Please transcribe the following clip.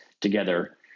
together